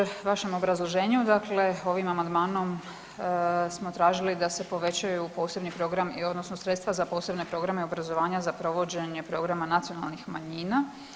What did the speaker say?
Evo unatoč vašem obrazloženju dakle ovim amandmanom smo tražili da se povećaju posebni program odnosno sredstva za posebne programe obrazovanja za provođenje programa nacionalnih manjina.